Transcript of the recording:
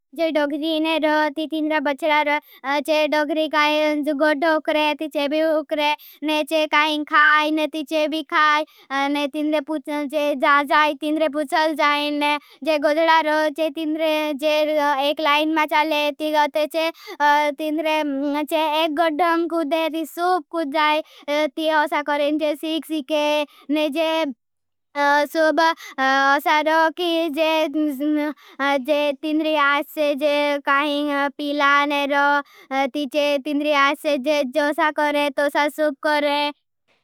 दोग्री ने रो ती तीन्द्रे बच्चेडा रो चे दोग्री काई। जो गड़ो उकरे ती चेबी उकरे ने चे काहिं खाई। ने ती चेबी खाई ने तीन्द्रे पुछल जाई। ने जे गोधरा रो चे। तीन्द्रे जे एक लाइन मा चाले ती गोधरा चे तीन्द्रे चे। एक धम कुदे ती सूप कुछ जाई ती उसा करें। चे सीख सीखे ने जे सूप उसा रो की जे तीन्द्री आईसे। जे काहिं पीला ने रो ती चे तीन्द्री आईसे। जे जो उसा करें तो उसा सूप करें।